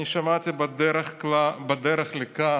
אני שמעתי בדרך לכאן